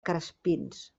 crespins